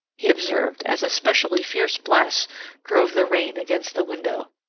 he observed as a specially fierce blast drove the rain against the window.